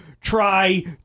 try